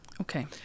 Okay